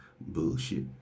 bullshit